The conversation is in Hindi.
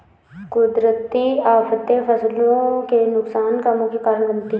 कुदरती आफतें फसलों के नुकसान का मुख्य कारण बनती है